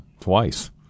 twice